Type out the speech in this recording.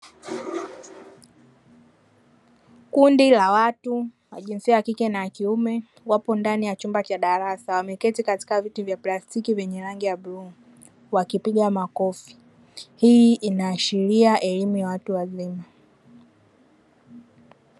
Kundi la watu wa jinsia ya kike na kiume wapo ndani ya chumba cha darasa wameketi katika viti vya plastiki vyenye rangi ya bluu wakipiga makofi, hii inaashiria elimu ya watu wazima.